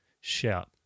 shout